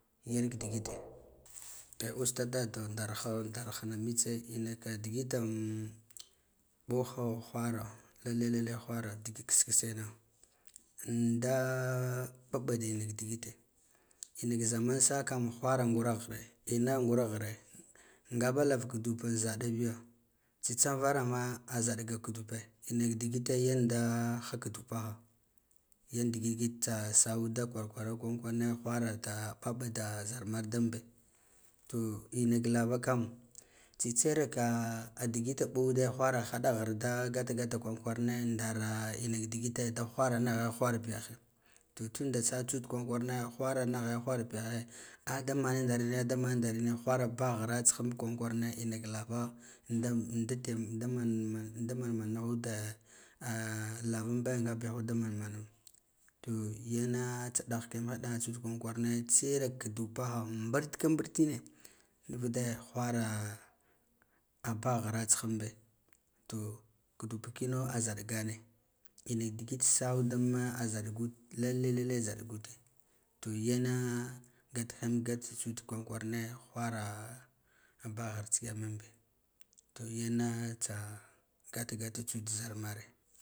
Yanka digite eh usta daddo ndah ndar hin a mitse ina ka digitan boho whara lelle whara dig kiss kisse ian an da mɓu ɓa dinaka digite ina ka zam an saka kam whara ngura ghire ina ngura ghire ngaba lab gudup zaɓa biyo tsitan varama a zalga gaɗape inaka digite benda ha gudupaha yandigid tsa sahud da kwar kware whara da mɓaɓa da zarmar dan be ro ina ka lava laam tsitsu iraka digi mbohude whara hada ghirda gata gata kwarane kwarane ndera inaka digite da wharanag ghe wharbi gine tanda tsa tsu kwaran kwarane wharana ghe wharbihe a da man darine da man darene whara baghira tsiha mb kwaran kwarane in ka lavo ndam nda tame daman ɗa man man naghuda lavan be ngabihod ɓa man mana to yine tsa kiyan daha tsu tsitsa era kadu paha mbar ka mbartine nu vude whara a bah ghira tsihan ɓi to gudup kino a zalfana inaka digid sahod mbma a zalsud lalle lallez lgud toyene ngahiyam satarsud kwarane uhara.